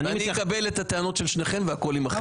אני אקבל את הטענות של שניכם והכל יימחק.